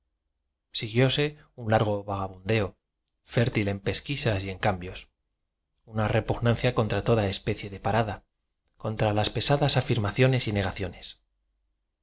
siguióse un largo vagabundeo fértil en pesquisas y en cambios una repugnancia contra toda especie de parada contra las pesadas afirmaciones y negaciones